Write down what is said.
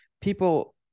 people